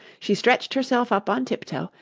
she stretched herself up on tiptoe,